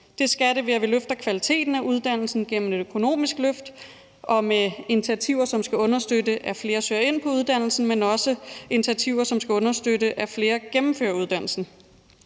Det skal det, ved at vi løfter kvaliteten af uddannelsen gennem et økonomisk løft og med initiativer, som skal understøtte, at flere søger ind på uddannelsen, men også initiativer, som skal understøtte, at flere gennemfører uddannelsen.